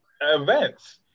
events